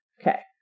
Okay